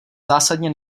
zásadně